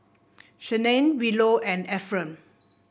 Shanae Willow and Efren